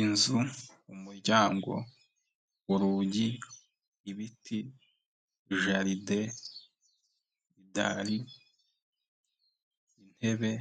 Inzu, umuryango, urugi, ibiti, jaridi, ibidari, intebe,